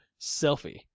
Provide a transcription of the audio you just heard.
selfie